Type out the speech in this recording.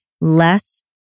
Less